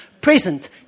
present